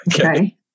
Okay